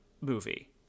movie